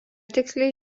tiksliai